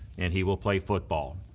and he will play football.